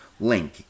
link